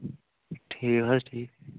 ٹھیٖک حظ ٹھیٖک